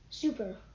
Super